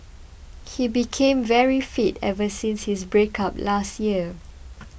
he became very fit ever since his breakup last year